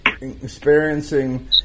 experiencing